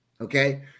okay